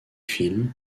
film